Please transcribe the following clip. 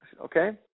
Okay